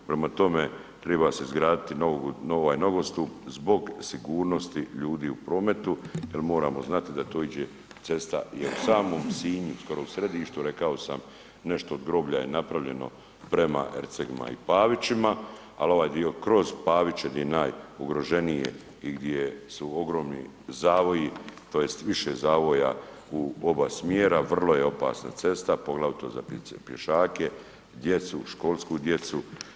Prema tome, treba se izgraditi novi nogostup zbog sigurnosti ljudi u prometu jer moramo znati da to ide cesta. ... u samom Sinju, skoro u središtu rekao sam nešto od groblja je napravljeno prema Ercegima i Pavićima ali ovaj dio kroz Paviće gdje je najugroženije i gdje su ogromni zavoji, tj. više zavoja u oba smjera vrlo je opasna cesta poglavito za pješake, djecu, školsku djecu.